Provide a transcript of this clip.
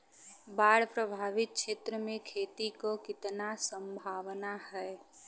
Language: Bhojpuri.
बाढ़ प्रभावित क्षेत्र में खेती क कितना सम्भावना हैं?